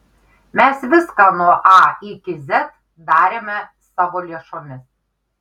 mes viską nuo a iki z darėme savo lėšomis